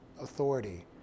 authority